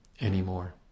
anymore